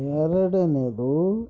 ಎರಡನೆದು